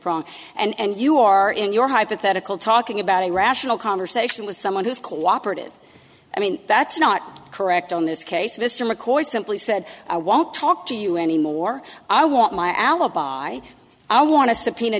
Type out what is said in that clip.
prong and you are in your hypothetical talking about a rational conversation with someone who's cooperated i mean that's not correct on this case mr mccoy simply said i won't talk to you anymore i want my alibi i want to subpoena